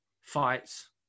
fights